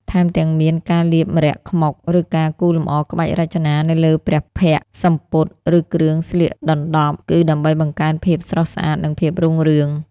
ថែមទាំងមាន ការលាបម្រ័ក្សណ៍ខ្មុក ឬការគូរលម្អក្បាច់រចនានៅលើព្រះពស្ត្រ សំពត់ ឬគ្រឿងស្លៀកដណ្ដប់ គឺដើម្បីបង្កើនភាពស្រស់ស្អាត និងភាពរុងរឿង។